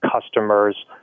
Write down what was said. customers